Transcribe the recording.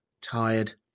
tired